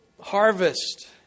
harvest